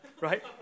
right